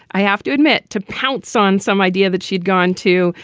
i have to admit, to pounce on some idea that she'd gone to,